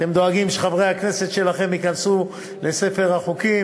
אתם דואגים שחברי הכנסת שלכם ייכנסו לספר החוקים,